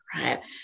right